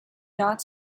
not